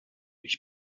ich